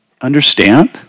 understand